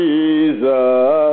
Jesus